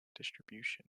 distribution